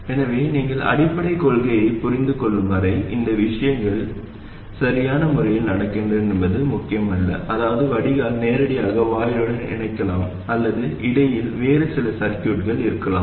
எனவே நீங்கள் அடிப்படைக் கொள்கையைப் புரிந்துகொள்ளும் வரை இந்த விஷயங்கள் எந்தச் சரியான முறையில் நடக்கின்றன என்பது முக்கியமல்ல அதாவது வடிகால் நேரடியாக வாயிலுடன் இணைக்கலாம் அல்லது இடையில் வேறு சில சர்கியூட்கள் இருக்கலாம்